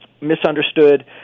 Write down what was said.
misunderstood